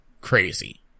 crazy